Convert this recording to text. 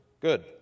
Good